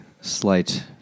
slight